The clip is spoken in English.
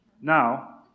Now